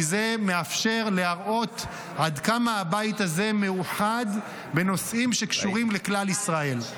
כי זה מאפשר להראות עד כמה הבית הזה מאוחד בנושאים שקשורים לכלל ישראל.